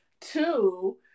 Two